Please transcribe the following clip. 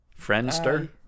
friendster